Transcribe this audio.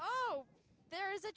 oh there is a